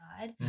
God